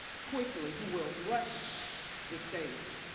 quickly. who will rush the stage,